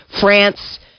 France